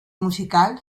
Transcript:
musical